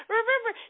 Remember